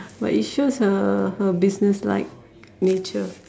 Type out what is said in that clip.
but it shows her her business like nature